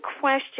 question